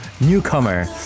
newcomer